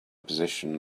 position